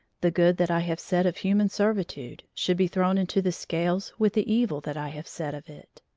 the good that i have said of human servitude should be thrown into the scales with the evil that i have said of it.